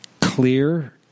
clear